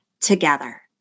together